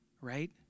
right